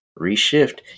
reshift